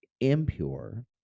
impure